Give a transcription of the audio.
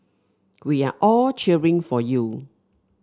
we are all cheering for you